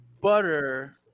butter